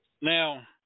Now